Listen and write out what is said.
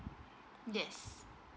yes